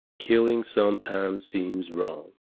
killing sometimes seems wrong,